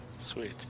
Sweet